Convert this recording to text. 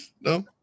No